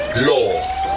Law